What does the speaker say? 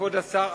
כבוד השר,